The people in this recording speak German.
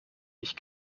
ich